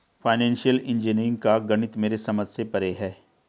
financial engineering का गणित मेरे समझ से परे है